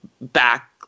back